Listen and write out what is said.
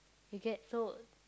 you get so